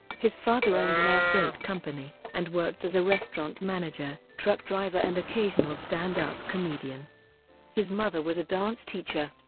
his father owned an air-freight company and worked as a restaurant manager, truck driver and occasional stand-up comedian his mother was a dance teacher.